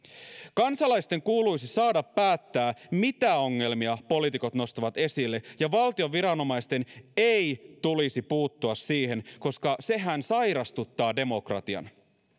kansalaisten kuuluisi saada päättää mitä ongelmia poliitikot nostavat esille ja valtion viranomaisten ei tulisi puuttua siihen koska sehän sairastuttaa demokratian